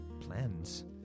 plans